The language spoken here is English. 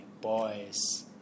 boys